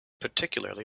particularly